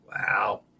Wow